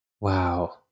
wow